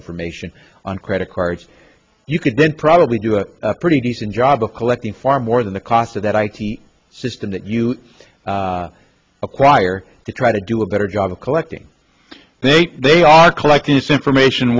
information on credit cards you could then probably do a pretty decent job of collecting far more than the cost of that id system that you acquire to try to do a better job of collecting then they are collecting this information